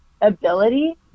ability